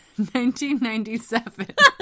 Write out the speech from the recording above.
1997